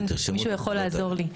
האם מישהו יכול לעזור לי?